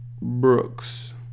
Brooks